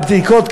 הבדיקות,